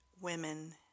women